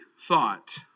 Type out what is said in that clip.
thought